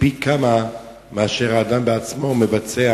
פי כמה מאשר הן כאשר האדם בעצמו מבצע